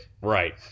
right